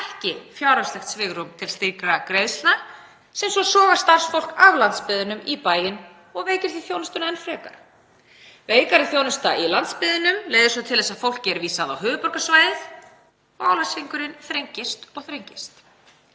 ekki fjárhagslegt svigrúm til slíkra greiðslna sem svo sogar starfsfólk af landsbyggðinni í bæinn og veikir þjónustuna enn frekar. Veikari þjónusta í landsbyggðunum leiðir svo til þess að fólki er vísað á höfuðborgarsvæðið og álagshringurinn þrengist og þrengist.